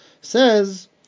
says